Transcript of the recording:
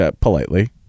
politely